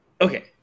Okay